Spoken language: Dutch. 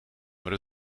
maar